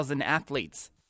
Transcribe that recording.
athletes